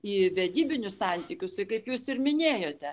į vedybinius santykius tai kaip jūs ir minėjote